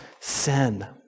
sin